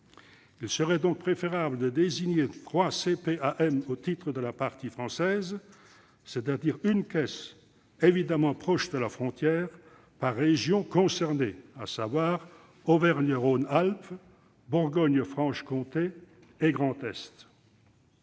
Il serait donc préférable de désigner trois CPAM au titre de la partie française, c'est-à-dire une caisse, évidemment proche de la frontière, par région concernée- Auvergne-Rhône-Alpes, Bourgogne-Franche-Comté et Grand Est.